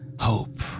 hope